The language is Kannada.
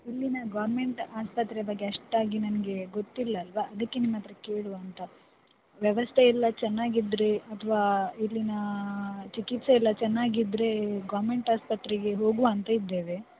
ಇಲ್ಲಿನ ಗೌರ್ಮೆಂಟ್ ಆಸ್ಪತ್ರೆ ಬಗ್ಗೆ ಅಷ್ಟಾಗಿ ನನಗೆ ಗೊತ್ತಿಲ್ಲ ಅಲ್ವಾ ಅದಕ್ಕೆ ನಿಮ್ಮ ಹತ್ರ ಕೇಳುವ ಅಂತ ವ್ಯವಸ್ಥೆಯೆಲ್ಲ ಚೆನ್ನಾಗಿದ್ದರೆ ಅಥವಾ ಇಲ್ಲಿನ ಚಿಕಿತ್ಸೆಯೆಲ್ಲ ಚೆನ್ನಾಗಿದ್ದರೆ ಗೌರ್ಮೆಂಟ್ ಆಸ್ಪತ್ರೆಗೆ ಹೋಗುವ ಅಂತ ಇದ್ದೇವೆ